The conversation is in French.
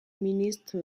ministre